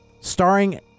starring